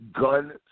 gun